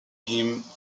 him